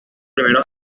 primeros